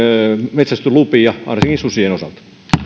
metsästyslupia ainakin susien osalta